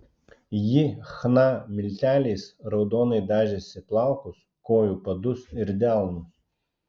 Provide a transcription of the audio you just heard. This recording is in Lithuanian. ji chna milteliais raudonai dažėsi plaukus kojų padus ir delnus